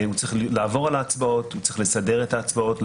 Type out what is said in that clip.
הוא צריך לעבור על ההצבעות ולסדר אותן.